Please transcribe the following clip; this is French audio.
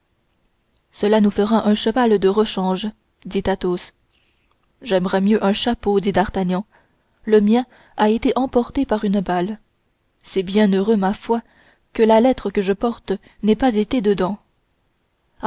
cela nous fera un cheval de rechange dit athos j'aimerais mieux un chapeau dit d'artagnan le mien a été emporté par une balle c'est bien heureux ma foi que la lettre que je porte n'ait pas été dedans